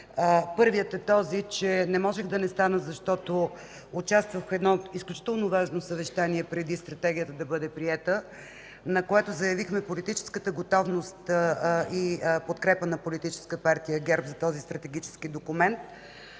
Първият е, че не можех да не стана, защото участвах в едно изключително важно съвещание преди Стратегията да бъде приета, на което заявихме политическата готовност и подкрепа на Политическа партия ГЕРБ за този стратегически документ